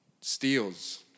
Steals